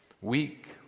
weak